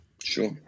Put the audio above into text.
Sure